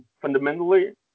fundamentally